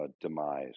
demise